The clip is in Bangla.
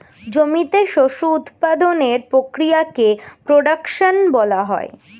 জমিতে শস্য উৎপাদনের প্রক্রিয়াকে প্রোডাকশন বলা হয়